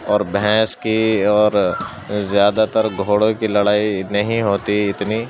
اور بھینس کی اور زیادہ تر گھوڑوں کی لڑائی نہیں ہوتی اتنی